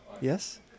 Yes